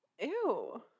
Ew